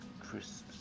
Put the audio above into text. crisps